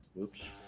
oops